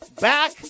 back